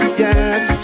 yes